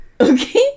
Okay